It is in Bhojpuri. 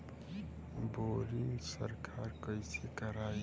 बोरिंग सरकार कईसे करायी?